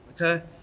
okay